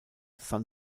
san